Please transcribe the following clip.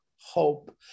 hope